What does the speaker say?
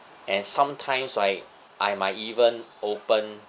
and sometimes like I might even open